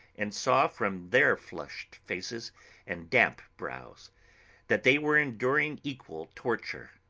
and saw from their flushed faces and damp brows that they were enduring equal torture.